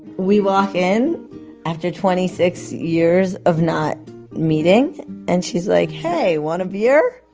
we walk in after twenty-six years of not meeting and she's like, hey, want a beer?